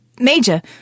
Major